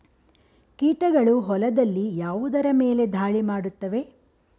ಕೀಟಗಳು ಹೊಲದಲ್ಲಿ ಯಾವುದರ ಮೇಲೆ ಧಾಳಿ ಮಾಡುತ್ತವೆ?